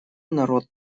народ